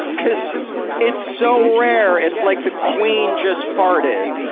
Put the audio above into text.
cuz it's so rare, it's like the queen just farted.